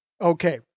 Okay